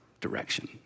direction